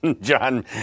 John